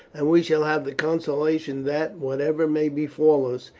and we shall have the consolation that, whatever may befall us,